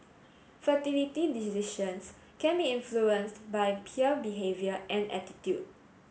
fertility decisions can be influenced by peer behaviour and attitude